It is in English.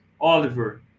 oliver